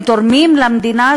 הם תורמים למדינה,